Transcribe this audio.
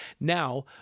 Now